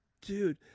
Dude